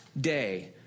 day